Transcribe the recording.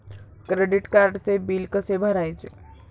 Credit कार्डचे bill कसे भरायचे?